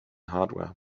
hardware